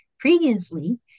Previously